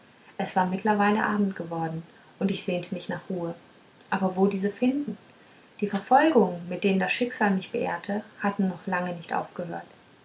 es war mittlerweile abend geworden und ich sehnte mich nach ruhe aber wo diese finden die verfolgungen mit denen das schicksal mich beehrte hatten noch lange nicht aufgehört